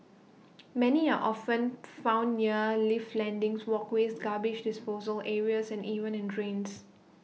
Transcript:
many are often found near lift landings walkways garbage disposal areas and even in drains